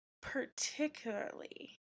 particularly